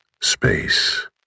Space